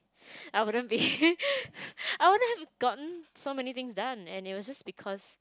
I wouldn't be I wouldn't have gotten so many things done and it was just because